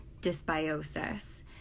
dysbiosis